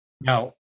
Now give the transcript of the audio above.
Now